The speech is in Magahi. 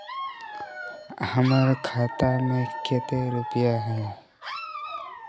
हमर खाता में केते रुपया है?